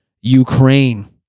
Ukraine